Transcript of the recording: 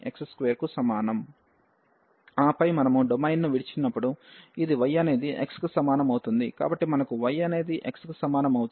ఆ పై మనము డొమైన్ను విడిచిపెట్టినప్పుడు ఇది y అనేది x కి సమానం అవుతుంది కాబట్టి మనకు yఅనేది x కి సమానం అవుతుంది